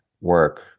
work